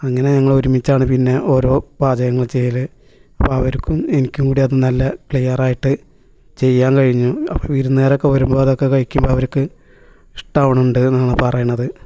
അങ്ങനെ ഞങ്ങൾ ഒരുമിച്ചാണ് പിന്നെ ഓരോ പാചകങ്ങളും ചെയ്യൾ അപ്പോൾ അവർക്കും എനിക്കും കൂടി അത് നല്ല ക്ലിയർ ആയിട്ട് ചെയ്യാൻ കഴിഞ്ഞു വിരുന്നുകാരൊക്കെ വരുമ്പോൾ അതൊക്കെ കഴിക്കുമ്പോൾ അവർക്ക് ഇഷ്ടം ആവുന്നുണ്ടെന്നാണ് പറയുന്നത്